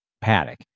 paddock